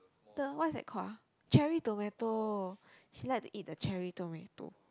the what is that call ah cherry tomato she like to eat the cherry tomato